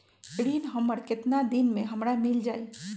ऋण हमर केतना दिन मे हमरा मील जाई?